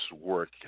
work